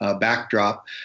backdrop